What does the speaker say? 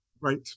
right